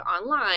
online